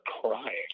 crying